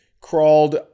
crawled